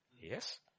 Yes